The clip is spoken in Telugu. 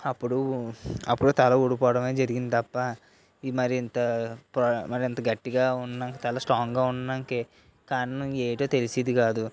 అప్పుడు అప్పుడు తల ఊడిపోవడమే జరిగింది తప్ప ఇ మరింత మరింత గట్టిగా ఉన్నమరి ఇంత గట్టిగా ఉన్న తల స్ట్రాంగ్గా ఉన్నాకి కారణం ఏంటో తెలిసేది కాదు